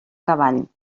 cavall